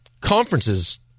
conferences